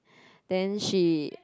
then she